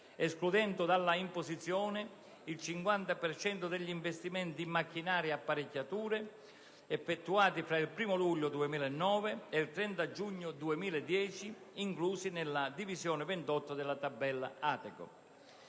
escludendo dalla imposizione il 50 per cento degli investimenti in macchinari e apparecchiature effettuati tra il primo luglio 2009 e il 30 giugno 2010, inclusi nella divisione 28 della tabella ATECO.